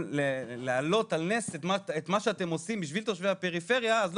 לגבי מטופלות, כולנו נזקקות לטיפול רפואי, זה